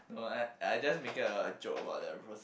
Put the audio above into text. I I just make it a a joke about the